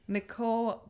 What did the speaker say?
Nicole